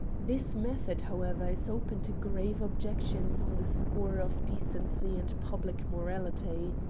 this method, however, is open to grave objections on the score of decency and public morality.